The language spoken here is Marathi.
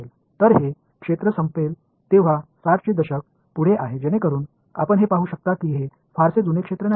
तर हे क्षेत्र संपेल तेव्हा 60 चे दशक पुढे आहे जेणेकरून आपण हे पाहू शकता की हे फारसे जुने क्षेत्र नाही